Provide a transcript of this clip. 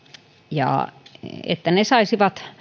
ja että ne saisivat